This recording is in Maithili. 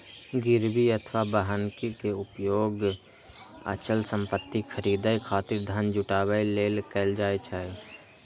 गिरवी अथवा बन्हकी के उपयोग अचल संपत्ति खरीदै खातिर धन जुटाबै लेल कैल जाइ छै